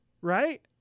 right